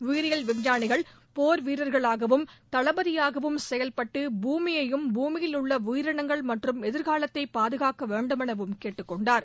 உயிரியல் விஞ்ஞானிகள் போர் வீரர்களாகவும் தளபதியாகவும் செயல்பட்டு பூமியையும் பூமியில் உள்ள உயிரினங்கள் மற்றும் எதிர்காலத்தை பாதுகாக்க வேண்டும் எனவும் கேட்டுக்கொண்டார்